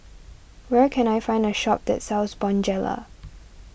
where can I find a shop that sells Bonjela